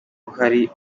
uhari